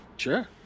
Sure